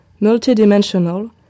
multidimensional